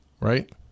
Right